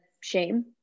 shame